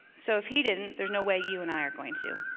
so if he didn't, there's no way you and i are going to.